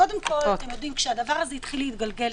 כשהדבר הזה התחיל להתגלגל,